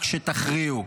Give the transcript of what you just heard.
רק שתכריעו,